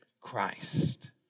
Christ